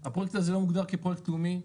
זה שהפרויקט הזה לא מוגדר כפרויקט לאומי.